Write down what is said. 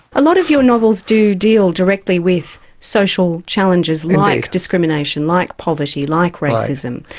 a lot of your novels do deal directly with social challenges like discrimination, like poverty, like racism.